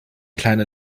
kleine